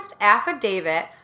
affidavit